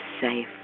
safe